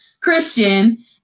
Christian